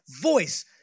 voice